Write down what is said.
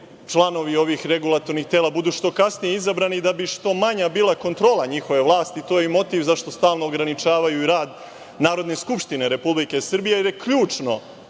članovi ovih regulatornih tela budu što kasnije izabrani da bi bila što manja kontrola njihove vlasti, a to je i motiv zašto stalno ograničavaju rad Narodne skupštine Republike Srbije, jer je ključno,